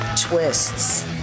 Twists